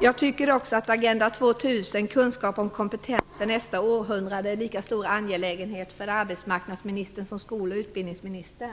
Jag tycker också att Agenda 2000 om kunskap och kompetens för nästa århundrade är lika angelägen för arbetsmarknadsministern som för skolministern och utbildningsministern.